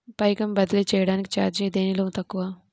పైకం బదిలీ చెయ్యటానికి చార్జీ దేనిలో తక్కువ?